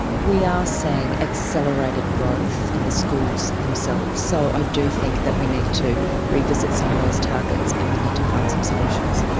we are seeing accelerated growth in the schools themselves, so i do think that we need to revisit some of those targets and we need to find some solutions.